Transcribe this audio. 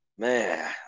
Man